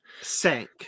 sank